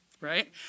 right